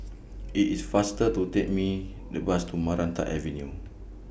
IT IS faster to Take Me The Bus to Maranta Avenue